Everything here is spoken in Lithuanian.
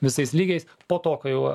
visais lygiais po to kai jau